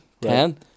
ten